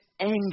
anger